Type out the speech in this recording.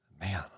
man